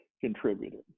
contributed